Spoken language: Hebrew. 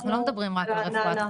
אנחנו לא מדברים רק על זה.